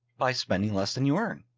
by spending less than you earn?